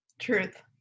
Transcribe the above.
Truth